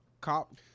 cop